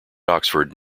oxford